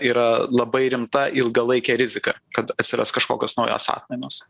yra labai rimta ilgalaikė rizika kad atsiras kažkokios naujos atmainos